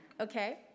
okay